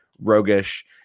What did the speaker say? roguish